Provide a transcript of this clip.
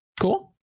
cool